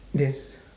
yes